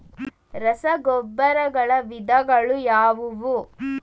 ರಸಗೊಬ್ಬರಗಳ ವಿಧಗಳು ಯಾವುವು?